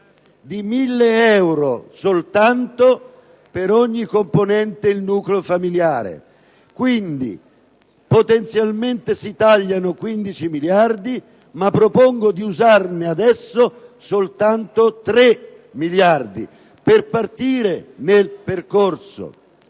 di 1.000 euro soltanto per ogni componente del nucleo familiare. Quindi, potenzialmente si tagliano 15 miliardi di euro ma si propone di usare adesso soltanto 3 miliardi, per avviare tale percorso.